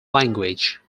language